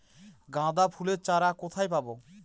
গাঁদা ফুলের চারা কোথায় পাবো?